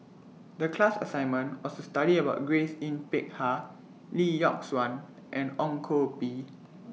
The class assignment was to study about Grace Yin Peck Ha Lee Yock Suan and Ong Koh Bee